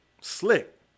slick